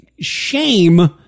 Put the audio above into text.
shame